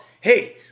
Hey